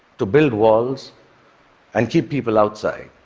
to build walls and keep people outside,